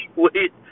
wait